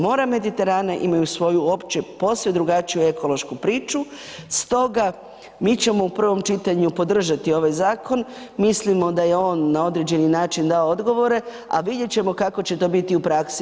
Mora Mediterana imaju svoju opću posve drugačiju ekološku priču stoga mi ćemo u prvom čitanju podržati ovaj zakon, mislimo da je on na određeni način dao odgovore a vidjet ćemo kako će to biti u praksi.